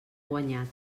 guanyat